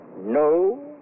no